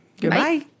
Goodbye